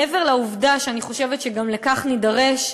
מעבר לעובדה שאני חושבת שגם לכך נידרש,